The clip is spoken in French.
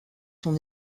sont